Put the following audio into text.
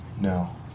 no